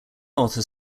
author